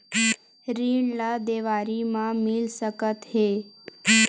ऋण ला देवारी मा मिल सकत हे